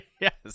Yes